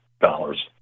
dollars